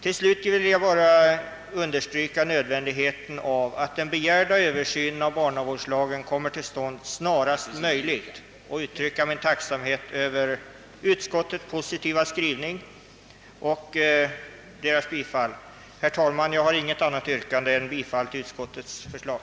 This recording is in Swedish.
Till slut vill jag understryka nödvändigheten av att den begärda översynen av barnavårdslagen kommer till stånd snarast möjligt och uttala min tacksamhet över utskottets positiva skrivning. Herr talman! Jag har intet annat yrkande än om bifall till utskottets förslag.